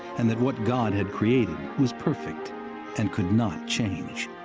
and that what god had created was perfect and could not change.